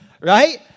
right